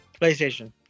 PlayStation